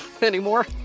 anymore